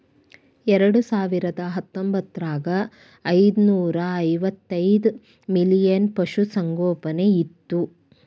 ಎರೆಡಸಾವಿರದಾ ಹತ್ತೊಂಬತ್ತರಾಗ ಐದನೂರಾ ಮೂವತ್ತೈದ ಮಿಲಿಯನ್ ಪಶುಸಂಗೋಪನೆ ಇತ್ತು